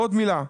עוד מילה.